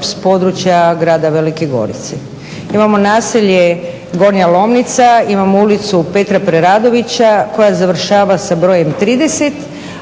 s područja grada Velike Gorice. Imamo naselje Gornja Lomnica, imamo ulicu Petra Preradovića koja završava sa brojem 30,